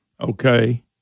Okay